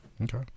Okay